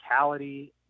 physicality